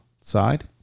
side